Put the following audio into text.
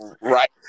Right